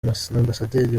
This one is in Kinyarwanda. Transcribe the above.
ambasaderi